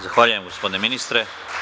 Zahvaljujem, gospodine ministre.